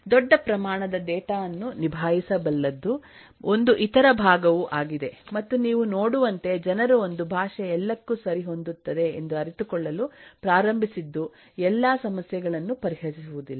ದೊಡ್ಡ ಪ್ರಮಾಣದ ಡೇಟಾ ಅನ್ನು ನಿಭಾಯಿಸಬಲ್ಲದು ಒಂದುಇತರ ಭಾಗವು ಆಗಿದೆ ಮತ್ತು ನೀವು ನೋಡುವಂತೆ ಜನರು ಒಂದು ಭಾಷೆ ಎಲ್ಲಕ್ಕೂ ಸರಿಹೊಂದುತ್ತದೆ ಎಂದು ಅರಿತುಕೊಳ್ಳಲು ಪ್ರಾರಂಭಿಸಿದ್ದು ಎಲ್ಲಾ ಸಮಸ್ಯೆಗಳನ್ನು ಪರಿಹರಿಸುವುದಿಲ್ಲ